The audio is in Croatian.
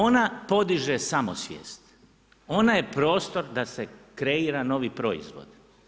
Ona podiže samosvijest, ona je prostor da se kreira novi proizvod.